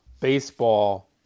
baseball